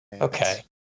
okay